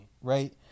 right